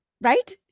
Right